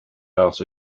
out